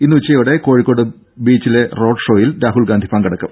ഇന്ന് ഉച്ചയോടെ കോഴിക്കോട് ബീച്ചിലെ റോഡ് ഷോയിൽ രാഹുൽഗാന്ധി പങ്കെടുക്കും